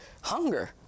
hunger